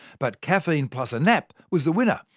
but caffeine plus a nap was the winner,